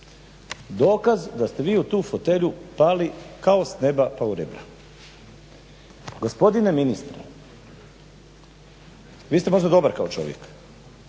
dokaz da ste vi u tu fotelju "Pali kao s neba pa u rebra." Gospodine ministre, vi ste možda dobar kao čovjek,